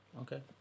Okay